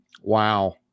Wow